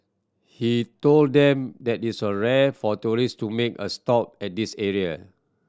he told them that it was rare for tourists to make a stop at this area